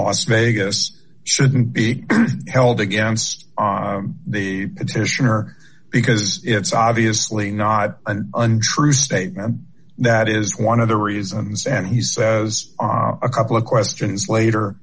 las vegas shouldn't be held against the station or because it's obviously not an untrue statement that is one of the reasons and he says are a couple of questions